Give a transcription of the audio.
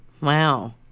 Wow